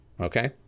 Okay